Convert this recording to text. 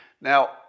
Now